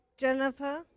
Jennifer